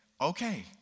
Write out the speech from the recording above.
okay